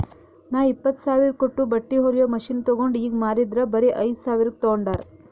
ನಾ ಇಪ್ಪತ್ತ್ ಸಾವಿರ ಕೊಟ್ಟು ಬಟ್ಟಿ ಹೊಲಿಯೋ ಮಷಿನ್ ತೊಂಡ್ ಈಗ ಮಾರಿದರ್ ಬರೆ ಐಯ್ದ ಸಾವಿರ್ಗ ತೊಂಡಾರ್